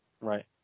Right